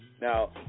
now